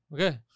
Okay